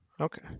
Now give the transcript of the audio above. okay